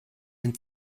den